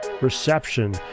reception